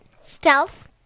Stealth